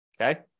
okay